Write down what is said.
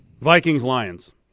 Vikings-Lions